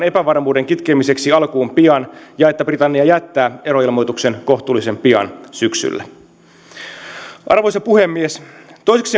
epävarmuuden kitkemiseksi prosessi saadaan alkuun pian ja että britannia jättää eroilmoituksen kohtuullisen pian syksyllä arvoisa puhemies toiseksi